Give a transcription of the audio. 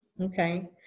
Okay